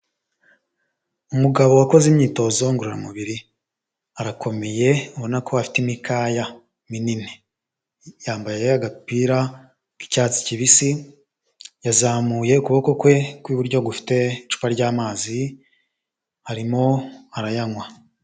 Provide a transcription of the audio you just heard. Umugabo wakoze imyitozo ngoramubiri, arakomeye ubona ko afite imikaya minini. Yambaye agapira k'icyatsi kibisi, yazamuye ukuboko kwe kw'iburyo gufite icupa ry'amazi, arimo arayanywa.